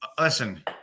Listen